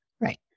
Right